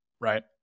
right